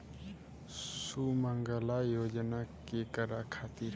सुमँगला योजना केकरा खातिर ह?